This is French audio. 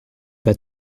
pas